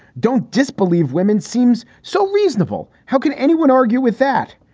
don't disbelieve women seems so reasonable. how can anyone argue with that?